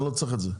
אני לא צריך את זה,